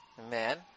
Amen